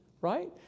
right